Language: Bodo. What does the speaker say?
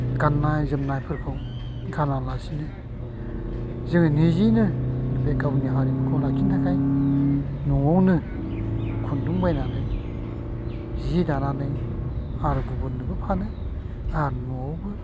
गाननाय जोमनायफोरखौ गानालासिनो जों निजेनो बे गावनि हारिमुखौ लाखिनो थाखाय न'आवनो खुन्दुं बायनानै जि दानानै आरो गुबुननोबो फानो आरो न'आवबो